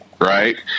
right